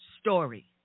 story